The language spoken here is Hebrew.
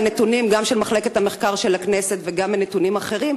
וגם הנתונים של מחלקת המחקר של הכנסת וגם נתונים אחרים